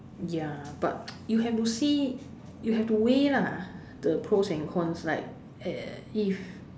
ya but you have to see you have to weigh lah the pros and cons like if